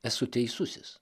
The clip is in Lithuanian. esu teisusis